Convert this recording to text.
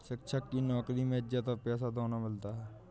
शिक्षक की नौकरी में इज्जत और पैसा दोनों मिलता है